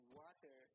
water